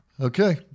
Okay